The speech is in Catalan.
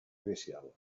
inicial